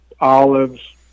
olives